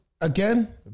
again